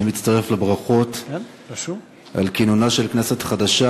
אני מצטרף לברכות על כינונה של כנסת חדשה.